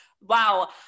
Wow